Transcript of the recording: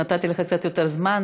נתתי לך קצת יותר זמן,